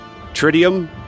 Tritium